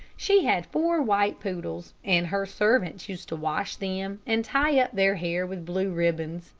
she had four white poodles, and her servants used to wash them, and tie up their hair with blue ribbons,